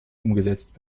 umgesetzt